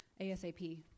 ASAP